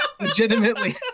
legitimately